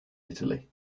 italy